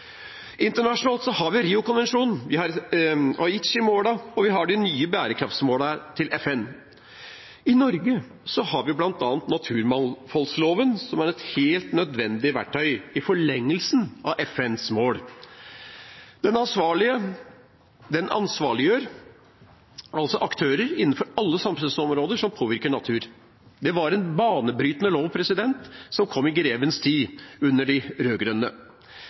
Internasjonalt har vi Rio-konvensjonen, vi har Aichi-målene, og vi har de nye bærekraftsmålene til FN. I Norge har vi bl.a. naturmangfoldloven, som er et helt nødvendig verktøy i forlengelsen av FNs mål. Den ansvarliggjør aktører innenfor alle samfunnsområder som påvirker natur. Det var en banebrytende lov som kom i grevens tid under de